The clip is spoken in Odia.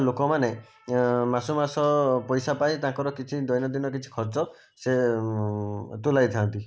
ଲୋକମାନେ ମାସକୁ ମାସ ପଇସା ପାଇ ତାଙ୍କର କିଛି ଦୈନନ୍ଦିନ କିଛି ଖର୍ଚ୍ଚ ସେ ତୁଲାଇଥାଇନ୍ତି